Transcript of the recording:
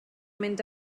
mynd